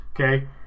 Okay